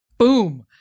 Boom